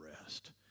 rest